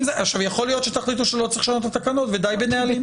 יכול להיות שתחליטו שלא צריך לשנות את התקנות ודי בנהלים.